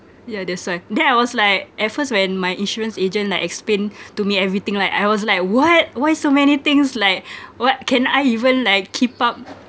ya that's why then I was like at first when my insurance agent like explain to me everything like I was like what why so many things like what can I even like keep up